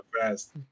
fast